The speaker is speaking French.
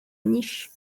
niche